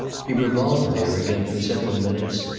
he revolved there again for several minutes,